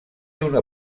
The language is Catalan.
una